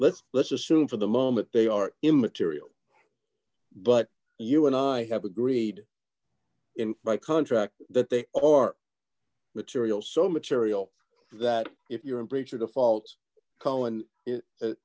let's let's assume for the moment they are immaterial but you and i have agreed in my contract that they or material so material that if you're in breach of the fault call